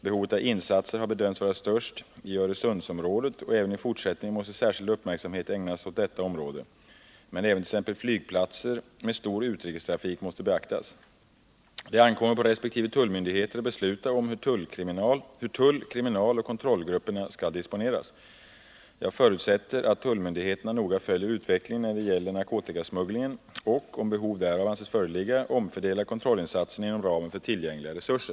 Behovet av insatser har bedömts vara störst i Öresundsområdet, och även i fortsättningen måste särskild uppmärksamhet ägnas åt detta område. Men även t.ex. flygplatser med stor utrikestrafik måste beaktas. Det ankommer på resp. tullmyndigheter att besluta om hur tull-, kriminaloch kontrollgrupperna skall disponeras. Jag förutsätter att tullmyndigheterna noga följer utvecklingen när det gäller narkotikasmugglingen och, om behov därav anses föreligga, omfördelar kontrollinsatserna inom ramen för tillgängliga resurser.